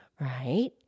Right